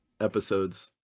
episodes